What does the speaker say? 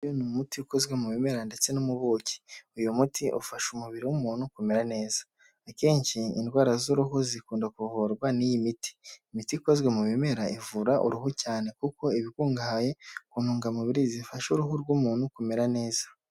Ni umuti ukozwe mu bimera ndetse no mu buki. Uyu muti ufasha umubiri w'umuntu kumera neza. Akenshi indwara z'uruhu zikunda kuvurwa n'iyi miti. Imiti ikozwe mu bimera ivura uruhu cyane, kuko iba ikungahaye ku ntungamubiri zifasha uruhu rw'umuntu kumera neza.